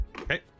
Okay